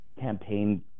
campaign